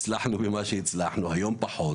הצלחנו במה שהצלחנו, היום פחות.